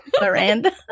Miranda